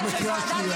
את בקריאה שנייה.